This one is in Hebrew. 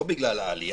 לא בגלל העלייה.